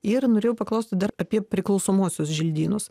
ir norėjau paklausti dar apie priklausomuosius želdynus